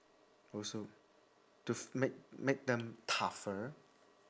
also to make make them tougher